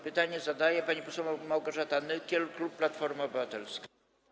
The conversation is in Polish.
Pytanie zada pani poseł Małgorzata Nykiel, klub Platforma Obywatelska.